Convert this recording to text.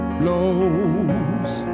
blows